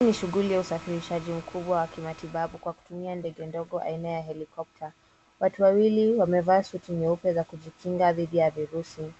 Hii ni shughuli ya usafirishaji mkubwa wa kimatibabu kwa kutumia ndege ndogo aina ya helikopta. Watu wawili wamevaa suti nyeupe za kujikinga dhidi ya virusi.